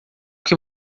que